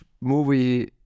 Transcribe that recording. movie